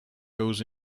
goes